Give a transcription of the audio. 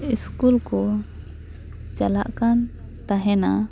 school ᱠᱚ ᱪᱟᱞᱟᱜ ᱠᱟᱱ ᱛᱟᱦᱮᱸᱱᱟ